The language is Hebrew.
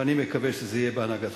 ואני מקווה שזה יהיה בהנהגתך,